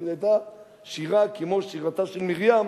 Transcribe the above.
כי זו היתה שירה כמו שירתה של מרים.